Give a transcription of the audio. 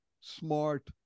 smart